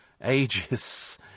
Ages